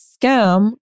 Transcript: scam